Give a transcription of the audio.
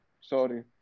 Sorry